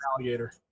alligator